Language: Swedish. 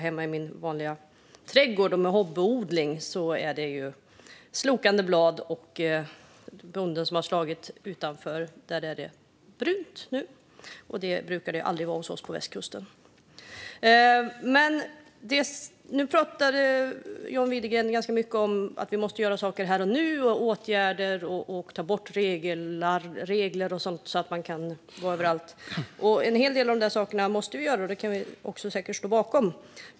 Hemma i min trädgård och min hobbyodling är det slokande blad, och på de ytor utanför trädgården som bonden har slagit är det nu brunt. Det brukar det aldrig vara hos oss på västkusten. John Widegren pratade ganska mycket om att det måste göras saker här och nu. Det ska vidtas åtgärder, och regler ska tas bort så att man kan vara överallt. En hel del av dessa saker måste göras, och dem kan vi säkert stå bakom.